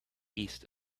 east